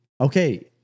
Okay